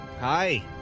Hi